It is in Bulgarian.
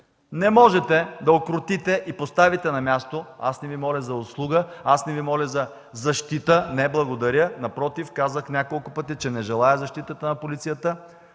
не можете да укротите и да поставите на място – аз не Ви моля за услуга, не Ви моля за защита, не, благодаря, напротив, казах няколко пъти, че не желая защитата на полицията,